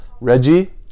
Reggie